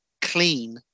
clean